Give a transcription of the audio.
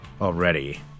already